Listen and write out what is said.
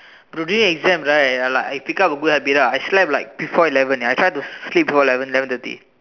today exam right like I pick up a good habit ah I slept like before eleven eh I try to sleep before eleven eleven thirty